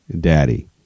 daddy